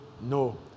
no